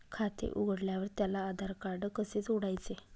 खाते उघडल्यावर त्याला आधारकार्ड कसे जोडायचे?